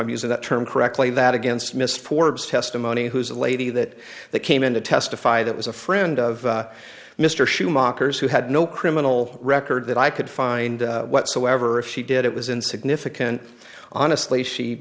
i'm using that term correctly that against miss forbes testimony who is the lady that that came in to testify that was a friend of mr schumacher is who had no criminal record that i could find whatsoever if she did it was in significant honestly she